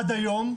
עד היום,